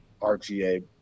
RGA